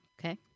Okay